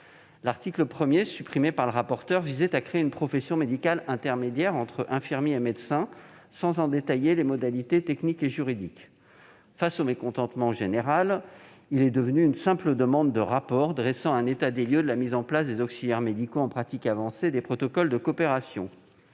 L'article 1, supprimé par le rapporteur, visait à créer une profession médicale intermédiaire entre infirmiers et médecins sans en détailler les modalités techniques et juridiques. Face au mécontentement général, il est devenu une simple demande de rapport dressant un état des lieux de la mise en place des auxiliaires médicaux en pratique avancée et des protocoles de coopération.